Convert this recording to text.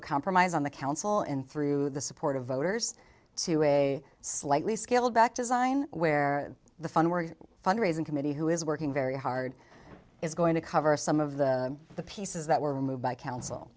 a compromise on the council and through the support of voters to a slightly scaled back design where the fine work fundraising committee who is working very hard is going to cover some of the the pieces that were removed by coun